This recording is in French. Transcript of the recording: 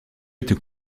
était